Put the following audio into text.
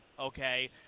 okay